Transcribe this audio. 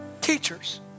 teachers